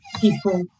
people